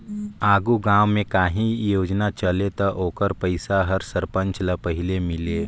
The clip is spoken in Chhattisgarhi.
आघु गाँव में काहीं योजना चले ता ओकर पइसा हर सरपंच ल पहिले मिले